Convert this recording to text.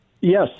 Yes